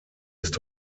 ist